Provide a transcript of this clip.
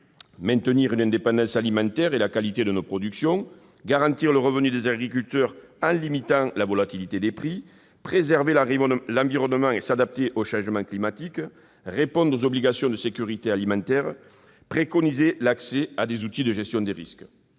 maintenir une indépendance alimentaire et la qualité de nos productions, garantir le revenu des agriculteurs en limitant la volatilité des prix, préserver l'environnement et s'adapter aux changements climatiques, répondre aux obligations de sécurité alimentaire et préconiser l'accès à des outils de gestion des risques.